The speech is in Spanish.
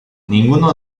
ninguno